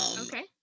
Okay